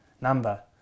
number